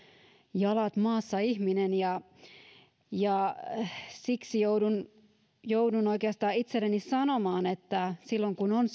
jalat maassa ihminen ja siksi joudun oikeastaan itselleni sanomaan että silloin kun on